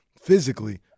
physically